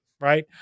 Right